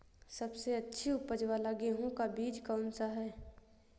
सबसे अच्छी उपज वाला गेहूँ का बीज कौन सा है?